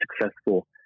successful